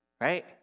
right